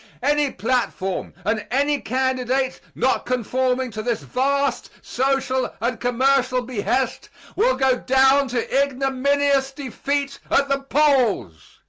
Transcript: any platform and any candidate not conforming to this vast social and commercial behest will go down to ignominious defeat at the polls.